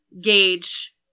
gauge